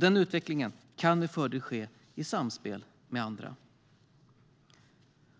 Den utvecklingen kan med fördel ske i samspel med andra.